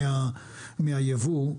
חלק מהיבוא,